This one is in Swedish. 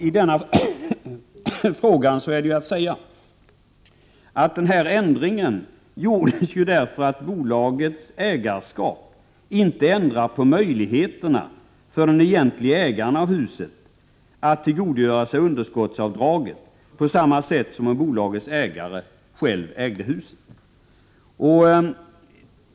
I denna fråga är det att säga att ändringen gjordes därför att bolagets ägarskap inte ändrar på möjligheterna för den egentliga ägaren av huset att tillgodogöra sig underskottsavdragen på samma sätt som om bolagets ägare själv ägde huset.